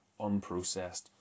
unprocessed